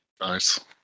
Nice